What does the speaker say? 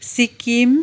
Sikkim